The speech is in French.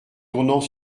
tournant